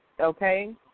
okay